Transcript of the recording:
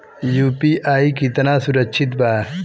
UPI कितना सुरक्षित बा?